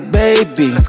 baby